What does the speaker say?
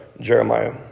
Jeremiah